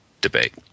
debate